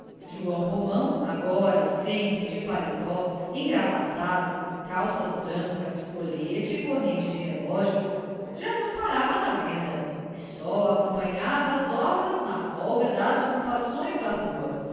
joão romão agora sempre de paletó engravatado calças brancas colete e corrente de relógio já não parava na venda e só acompanhava as obras na folga das ocupações da rua